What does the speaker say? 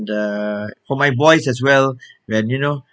the for my boys as well when you know